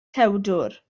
tewdwr